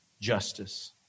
justice